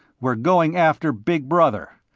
we're going after big brother.